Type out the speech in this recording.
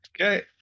Okay